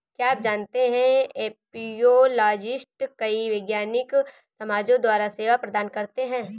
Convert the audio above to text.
क्या आप जानते है एपियोलॉजिस्ट कई वैज्ञानिक समाजों द्वारा सेवा प्रदान करते हैं?